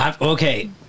Okay